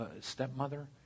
stepmother